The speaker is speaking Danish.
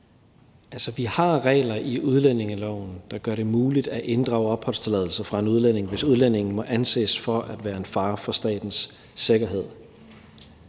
vi har regler i udlændingeloven, der gør det muligt at inddrage opholdstilladelser fra en udlænding, hvis udlændingen må anses for at være en fare for statens sikkerhed.